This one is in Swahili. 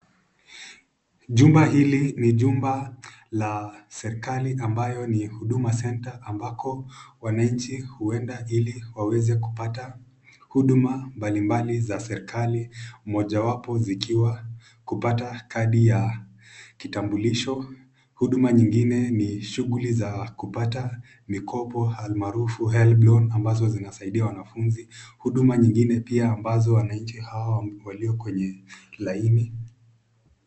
Jumba hili ni jumba la serikali ambayo ni huduma center ambako wananchi huenda ili waweze kupata huduma mbalimbali za serikali moja wapo zikiwa kupata kadi ya kitambulisho, huduma nyingine ni shughuli za kupata mikopo almaarufu helb loan ambazo zinasaidia wanafunzi, huduma nyingine pia ambazo wananchi hao walio kwenye laini.